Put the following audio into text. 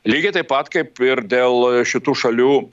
lygiai taip pat kaip ir dėl šitų šalių